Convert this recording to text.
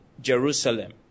Jerusalem